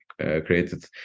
created